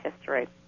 history